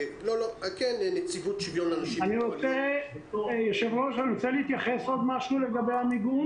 היא כמו כולם הייתה צריכה להיערך בצורה מהירה.